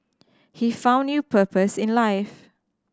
he found new purpose in life